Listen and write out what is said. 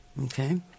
Okay